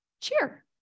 cheer